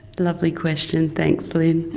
lovely question, thanks lynne,